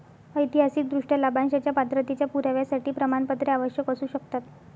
ऐतिहासिकदृष्ट्या, लाभांशाच्या पात्रतेच्या पुराव्यासाठी प्रमाणपत्रे आवश्यक असू शकतात